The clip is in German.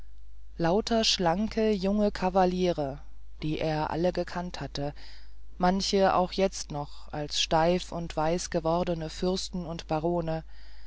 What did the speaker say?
lauter schlanke junge kavaliere die er alle gekannt hatte manche jetzt noch kannte als steif und weiß gewordene fürsten und barone